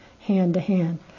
hand-to-hand